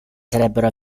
sarebbero